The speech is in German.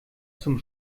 zum